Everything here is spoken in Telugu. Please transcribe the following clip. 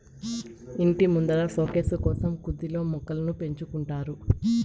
ఇంటి ముందర సోకేసు కోసం కుదిల్లో మొక్కలను పెంచుకుంటారు